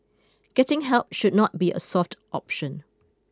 getting help should not be a soft option